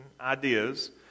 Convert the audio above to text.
ideas